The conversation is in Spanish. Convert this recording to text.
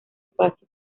espacio